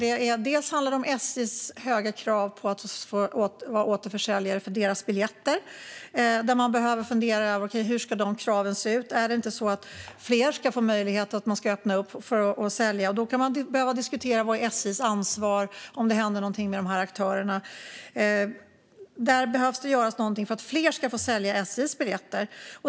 Delvis handlar det om SJ:s höga krav när det gäller att få vara återförsäljare för deras biljetter, och där behöver man fundera över hur kraven ska se ut. Ska inte fler få möjlighet att sälja, och ska man inte öppna upp för det? Då kan man behöva diskutera vad SJ:s ansvar är om det händer någonting med de här aktörerna. Där behöver det göras någonting för att fler ska få sälja SJ:s biljetter.